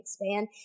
expand